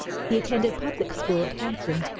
he attended public school at hampton.